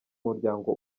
muryango